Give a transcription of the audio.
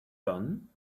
gun